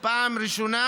פעם ראשונה,